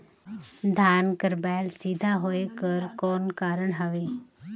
धान कर बायल सीधा होयक कर कौन कारण हवे?